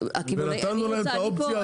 ונתנו להם את האופציה הזאת.